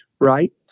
right